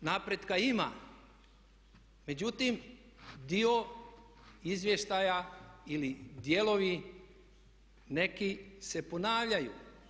Napretka ima, međutim dio izvještaja ili dijelovi neki se ponavljaju.